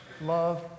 love